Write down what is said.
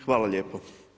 Hvala lijepo.